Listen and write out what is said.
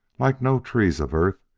like no trees of earth,